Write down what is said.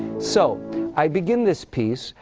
so i begin this piece.